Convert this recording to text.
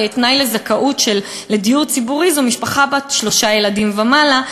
תנאי לזכאות לדיור ציבורי הוא משפחה בת שלושה ילדים ומעלה,